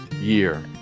year